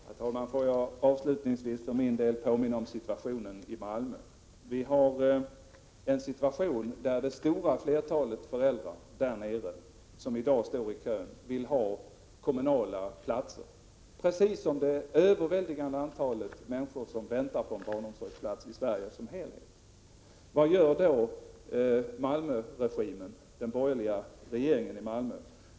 Herr talman! Får jag avslutningsvis påminna om situationen i Malmö. Det stora flertalet föräldrar som i dag står i kön där nere vill ha plats i kommunal barnomsorg — precis som är fallet för det överväldigande antalet människor i Sverige som helhet som väntar på en barnomsorgsplats. Vad gör då den borgerliga regimen i Malmö?